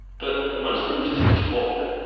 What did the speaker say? but mostly we just talk,